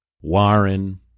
Warren